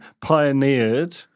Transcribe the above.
pioneered